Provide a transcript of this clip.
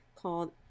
called